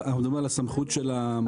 אנחנו מדברים על הסמכות של המפכ"ל?